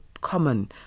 common